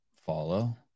Follow